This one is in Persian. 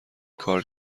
کار